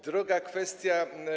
Druga kwestia.